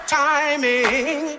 timing